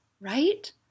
Right